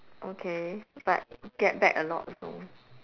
okay but get back a lot also